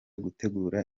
gutegura